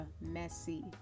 messy